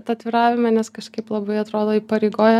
tatuiravime nes kažkaip labai atrodo įpareigoja